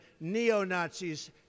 neo-Nazis